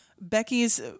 becky's